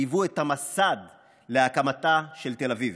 שהיוו את המסד להקמתה של תל אביב.